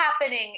happening